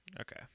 Okay